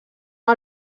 amb